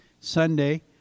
sunday